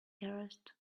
arrest